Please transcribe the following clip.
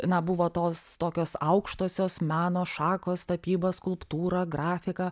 na buvo tos tokios aukštosios meno šakos tapyba skulptūra grafika